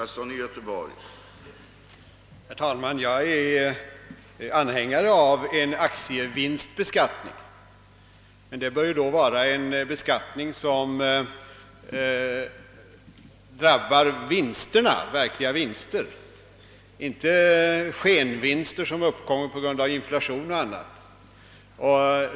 Herr talman! Jag är anhängare av en aktievinstbeskattning, men det bör vara en beskattning som drabbar verkliga vinster och inte de skenvinster som uppkommer på grund av inflation och annat.